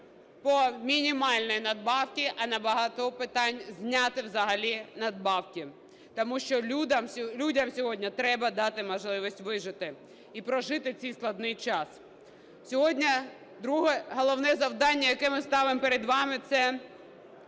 по мінімальній надбавці, а на багатьох питань зняти взагалі надбавки, тому що людям сьогодні треба дати можливість вижити і прожити в цей складний час. Сьогодні друге головне завдання, яке ми ставимо перед вами, -